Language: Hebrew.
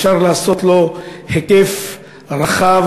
אפשר לעשות לו היקף רחב,